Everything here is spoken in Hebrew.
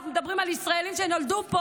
אנחנו מדברים על ישראלים שנולדו פה,